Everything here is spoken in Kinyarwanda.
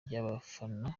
ry’abafana